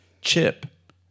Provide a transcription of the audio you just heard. chip